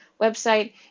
website